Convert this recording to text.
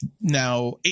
Now